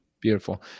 Beautiful